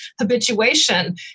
habituation